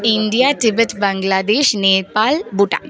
India Tibet Bangladesh Nepal Bhutan